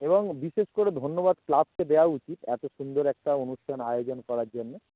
এবং বিশেষ করে ধন্যবাদ ক্লাবকে দেওয়া উচিত এত সুন্দর একটা অনুষ্ঠান আয়োজন করার জন্যে